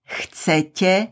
chcete